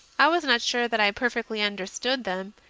i was not sure that i perfectly understood them,